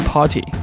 Party